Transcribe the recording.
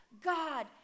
God